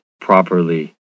PROPERLY